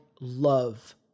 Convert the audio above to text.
love